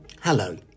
Hello